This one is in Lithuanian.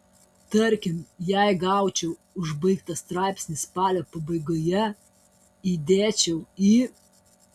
tarkim jei gaučiau užbaigtą straipsnį spalio pabaigoje įdėčiau į